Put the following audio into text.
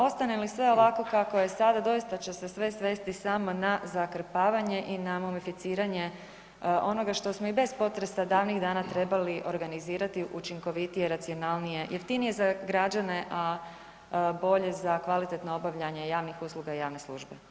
Ostane li sve ovako kako je sada doista će se sve svesti samo na zakrpavanje i na mumificiranje onoga što smo i bez potresa davnih dana trebali organizirati učinkovitije, racionalnije, jeftinije za građane, a bolje za kvalitetno obavljanje javnih usluga i javne službe.